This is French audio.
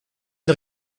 une